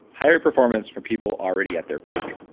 higher performance from people already at their peak.